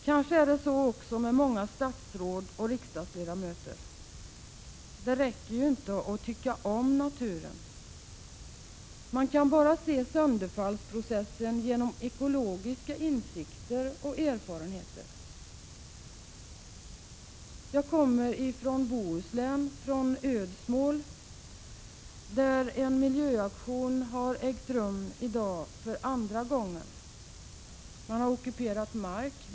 Kanske är detta också fallet med många statsråd och riksdagsledamöter. Det räcker ju inte med att tycka om naturen. Man kan bara se sönderfallsprocessen genom ekologiska insikter och erfarenheter. Jag kommer från Ödsmål i Bohuslän, där en miljöaktion har ägt rum i dag för andra gången. Man har ockuperat mark.